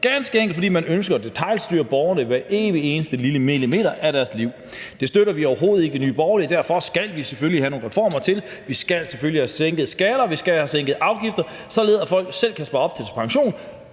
ganske enkelt fordi man ønsker at detailstyre borgerne i hver eneste lille millimeter af deres liv. Det støtter vi overhovedet ikke i Nye Borgerlige, og derfor skal vi selvfølgelig have nogen reformer, og vi skal selvfølgelig have sænket skatter og afgifter, således at folk selv kan spare op til deres pension.